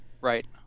right